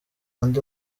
andi